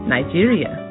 Nigeria